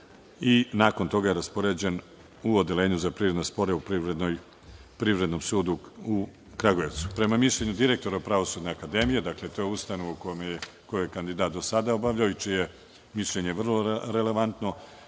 i nakon toga je raspoređen u odeljenju za privredne sporove u Privrednom sudu u Kragujevcu. Prema mišljenju direktora Pravosudne akademije, dakle, to je ustanova u kojoj je kandidat do sada obavljao i čije je mišljenje vrlo relevantno,